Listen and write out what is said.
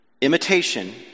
Imitation